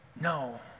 no